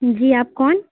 جی آپ کون